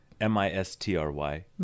M-I-S-T-R-Y